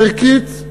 ערכית,